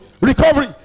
recovery